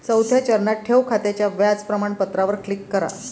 चौथ्या चरणात, ठेव खात्याच्या व्याज प्रमाणपत्रावर क्लिक करा